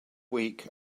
week